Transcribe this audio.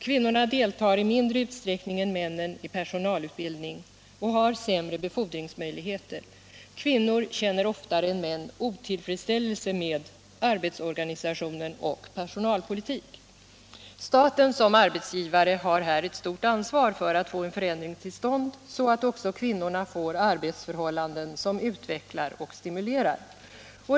Kvinnorna deltar i mindre utsträckning än männen i personålutbildning samt har sämre befordringsmöjligheter. Kvinnor känner oftare än män otillfredsställelse med arbetsorganisationen och personalpolitiken. Staten såsom arbetsgivare har ett stort ansvar för att få en förändring till stånd, så att också kvinnorna får arbetsförhållanden som utvecklar och stimulerar.